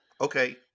Okay